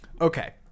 Okay